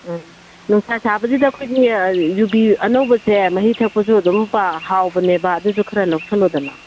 ꯎꯝ ꯅꯨꯡꯁꯥ ꯁꯥꯕꯁꯤꯗ ꯑꯩꯈꯣꯏꯒꯤ ꯌꯨꯕꯤ ꯑꯅꯧꯕꯁꯦ ꯃꯍꯤ ꯊꯛꯄꯁꯨ ꯑꯗꯨꯝ ꯍꯥꯎꯕꯅꯦꯕ ꯑꯗꯨꯁꯨ ꯈꯔ ꯂꯧꯁꯤꯜꯂꯣꯗꯅ